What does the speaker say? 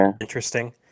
interesting